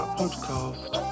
podcast